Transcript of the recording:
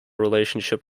relationship